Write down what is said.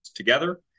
Together